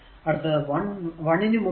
അടുത്ത് 1 നു മുകളിൽ